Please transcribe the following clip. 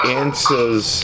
answers